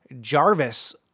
Jarvis